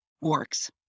works